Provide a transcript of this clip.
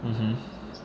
mmhmm